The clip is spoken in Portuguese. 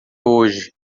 hoje